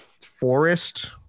forest